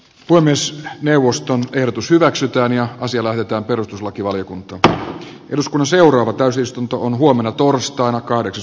voi myös neuvoston ehdotus hyväksytään ja on siellä jota perustuslakivaliokunta että eduskunnan seuraava täysistuntoon huomenna arvoisa puhemies